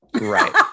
Right